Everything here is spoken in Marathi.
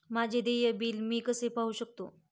माझे देय बिल मी कसे पाहू शकतो?